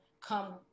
come